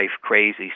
crazy